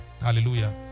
hallelujah